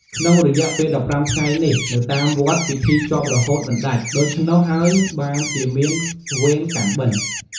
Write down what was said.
ក្នុងរយៈពេល១៥ថ្ងៃនេះ នៅតាមវត្តពិធីជាប់រហូតមិនដាច់ ដូច្នោះហើយបានជាមានវេនកាន់បិណ្ឌ។